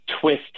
twist